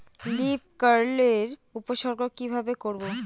Leaf curl এর উপসর্গ কিভাবে করব?